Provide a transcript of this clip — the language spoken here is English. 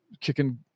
kicking